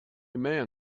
man